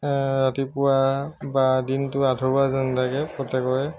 ৰাতিপুৱা বা দিনটো আধৰুৱা যেন লাগে প্ৰত্যেকৰে